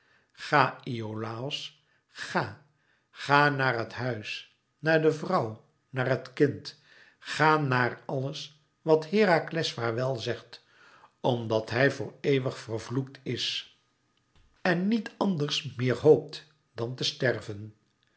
ga iolàos ga ga naar het huis naar de vrouw naar het kind ga naar alles wat herakles vaarwel zegt omdat hij voor eeuwig vervloekt is en niet anders meer hoopt dan te sterven